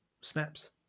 snaps